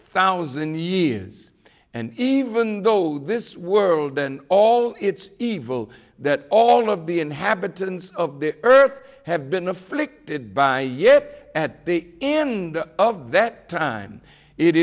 thousand years and even though this world and all its evil that all of the inhabitants of the earth have been afflicted by yet at the end of that time it